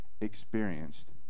experienced